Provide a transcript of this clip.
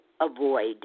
avoid